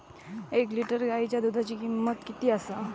एक लिटर गायीच्या दुधाची किमंत किती आसा?